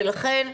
ולכן,